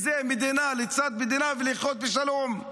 היא מדינה לצד מדינה ולחיות בשלום.